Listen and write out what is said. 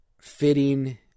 fitting